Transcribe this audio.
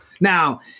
Now